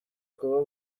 kuba